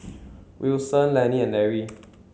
Wilson Lennie and Lary